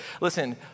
Listen